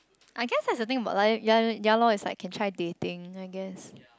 I guess that's the thing about lying li~ ya lor can try dating I guess